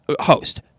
host